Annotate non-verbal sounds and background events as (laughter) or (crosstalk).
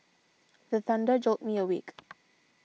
the thunder jolt me awake (noise)